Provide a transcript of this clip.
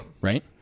right